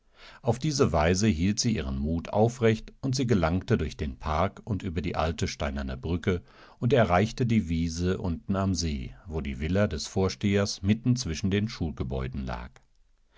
auf diese weise hielt sie ihren mut aufrecht und sie gelangte durch den park und über die alte steinerne brücke und erreichte die wiese unten am see wo die villa des vorstehers mittenzwischendenschulgebäudenlag dicht an der brücke lag